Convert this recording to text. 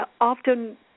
often